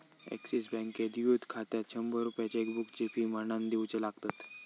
axis बँकेत youth खात्यात शंभर रुपये चेकबुकची फी म्हणान दिवचे लागतत